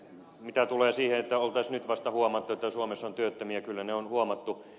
mitä tulee siihen että olisi nyt vasta huomattu että suomessa on työttömiä kyllä ne on huomattu